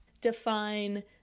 define